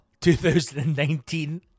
2019